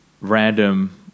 random